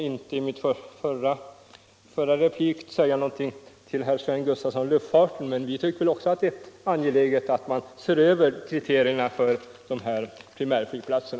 I min förra replik hann jag inte säga någonting till herr Sven Gustafson om luftfarten, men också vi anser det angeläget att se över kriterierna för primärflygplatserna.